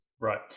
Right